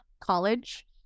college